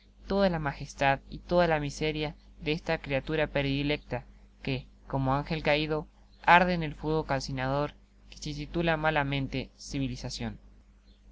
toda la magestad y toda la miseria de esta criatura predilecta que como angel caido arde en el fuego calzinador que se titula malamente civilizacion